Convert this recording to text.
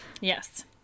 yes